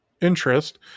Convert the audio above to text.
interest